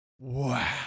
Wow